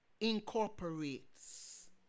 incorporates